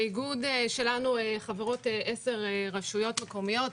באיגוד שלנו חברות 10 רשויות מקומיות,